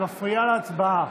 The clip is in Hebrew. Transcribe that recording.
את מפריעה להצבעה.